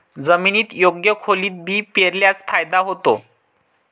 जमिनीत योग्य खोलीत बी पेरल्यास फायदा होतो